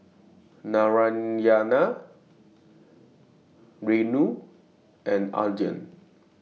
Narayana Renu and Anand